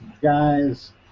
guys